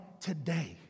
today